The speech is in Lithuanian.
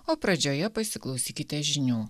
o pradžioje pasiklausykite žinių